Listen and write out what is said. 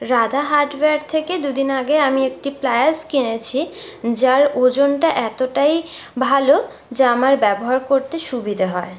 Radha hardware থেকে দুদিন আগে আমি একটি প্লায়ার কিনেছি যার ওজনটা এতটাই ভালো যে আমার ব্যবহার করতে সুবিধে হয়